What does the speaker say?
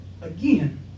again